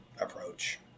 approach